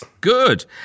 Good